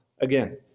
again